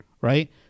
right